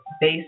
base